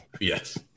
yes